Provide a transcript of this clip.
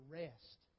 rest